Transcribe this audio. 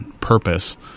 purpose